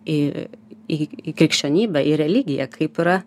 į į krikščionybę į religiją kaip yra